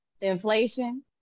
inflation